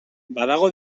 badago